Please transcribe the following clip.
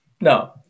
No